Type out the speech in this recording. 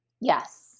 Yes